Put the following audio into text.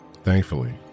Thankfully